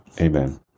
Amen